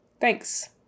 Thanks